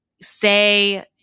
say